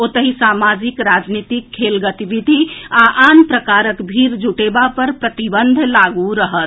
ओतहि सामाजिक राजनीतिक खेल गतिविधि आ आन प्रकारक भीड़ जुटेबा पर प्रतिबंध लागू रहत